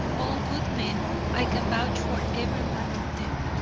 all good men i can vouch for every one of them.